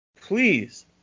Please